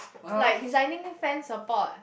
like designing fence or ports